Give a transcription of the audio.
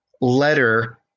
letter